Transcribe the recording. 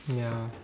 ya